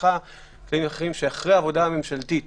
משפחה וחוקים אחרים שאחרי עבודה ממשלתית